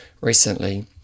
recently